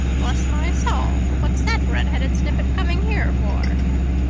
bless my soul, what's that redheaded snippet coming here for?